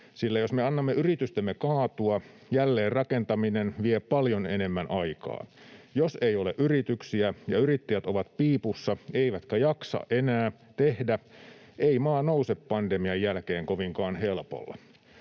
sillä jos me annamme yritystemme kaatua, jälleenrakentaminen vie paljon enemmän aikaa. Jos ei ole yrityksiä ja yrittäjät ovat piipussa eivätkä jaksa enää tehdä, ei maa nouse pandemian jälkeen kovinkaan helpolla.